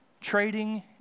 trading